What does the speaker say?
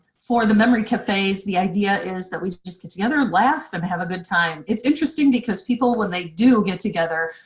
for the memory cafes, the idea is that we just get together, laugh, and have a good time. it's interesting because people, when they do get together,